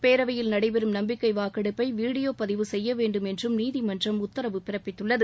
பேரவையில் நடைபெறும் நம்பிக்கை வாக்கெடுப்பை வீடியோ பதிவு செய்ய வேண்டும் என்றும் நீதிமன்றம் உத்தரவு பிறப்பித்துள்ளது